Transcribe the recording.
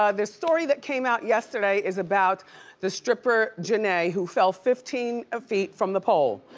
ah the story that came out yesterday is about the stripper, genea, who fell fifteen ah feet from the pole,